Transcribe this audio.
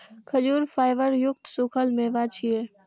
खजूर फाइबर युक्त सूखल मेवा छियै